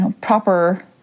proper